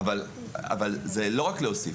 זה לא רק להוסיף.